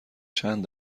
چند